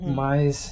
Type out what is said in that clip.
mas